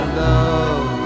love